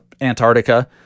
Antarctica